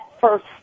first